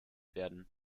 werden